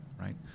right